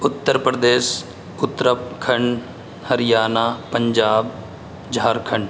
Uttar Pradesh Uttarakhand Haryana Punjab Jharkhand